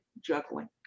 juggling